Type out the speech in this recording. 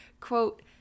quote